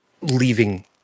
leaving